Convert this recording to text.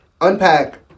unpack